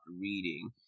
reading